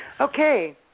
Okay